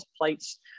plates